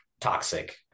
toxic